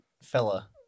Fella